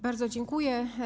Bardzo dziękuję.